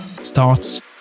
Starts